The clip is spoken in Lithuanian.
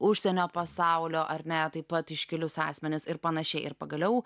užsienio pasaulio ar ne taip pat iškilius asmenis ir pan ir pagaliau